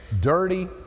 dirty